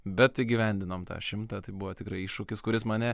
bet įgyvendinom tą šimtą tai buvo tikrai iššūkis kuris mane